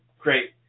great